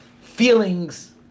feelings